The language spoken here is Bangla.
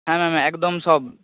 হ্যাঁ ম্যাম একদম সব